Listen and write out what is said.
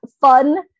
fun